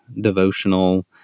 devotional